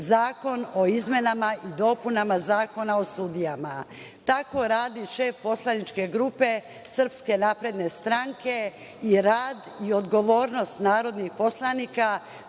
Zakon o izmenama i dopunama Zakona o sudijama. Tako radi šef poslaničke grupe SNS, i rad i odgovornost narodnih poslanika,